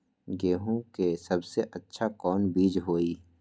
गेंहू के सबसे अच्छा कौन बीज होई?